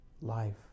life